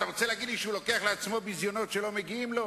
אתה רוצה להגיד לי שהוא לוקח לעצמו ביזיונות שלא מגיעים לו?